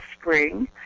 spring